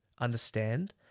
understand